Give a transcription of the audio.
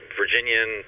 Virginian